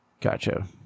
Gotcha